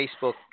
Facebook